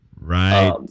right